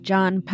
John